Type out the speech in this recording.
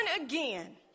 again